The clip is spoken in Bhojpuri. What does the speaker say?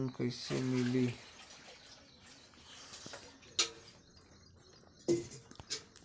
लोन कइसे मिलि?